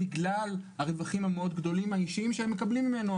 בגלל הרווחים הגדולים מאוד האישיים שהם מקבלים ממנו,